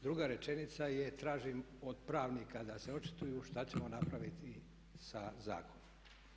Druga rečenica je tražim od pravnika da se očituju što ćemo napraviti sa zakonom.